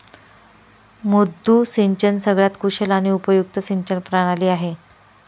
मुद्दू सिंचन सगळ्यात कुशल आणि उपयुक्त सिंचन प्रणाली आहे